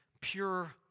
pure